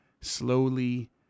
slowly